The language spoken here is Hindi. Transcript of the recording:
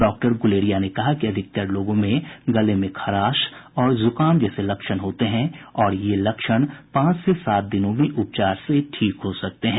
डॉक्टर गुलेरिया ने कहा कि अधिकतर लोगों में गले में खराश और जुकाम जैसे लक्षण होते हैं और यह लक्षण पांच से सात दिनों में उपचार से ठीक हो सकते हैं